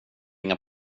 inga